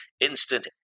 instant